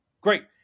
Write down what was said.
great